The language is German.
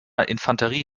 infanterie